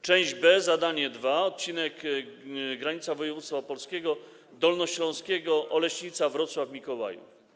Część B to zadanie drugie, odcinek: granica województwa opolskiego, dolnośląskiego, Oleśnica - Wrocław Mikołajów.